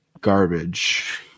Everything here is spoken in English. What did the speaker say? garbage